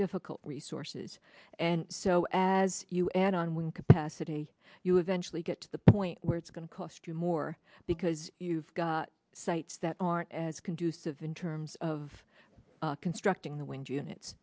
difficult resources and so as you add on when capacity you eventually get to the point where it's going to cost you more because you've got sites that aren't as conducive in terms of constructing the wind unit